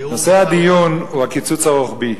נושא הדיון הוא הקיצוץ הרוחבי.